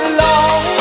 long